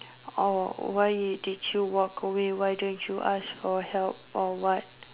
why did yo walk away why didn't you ask for help or what